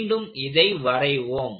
மீண்டும் இதை வரைவோம்